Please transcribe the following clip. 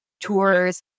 tours